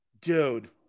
Dude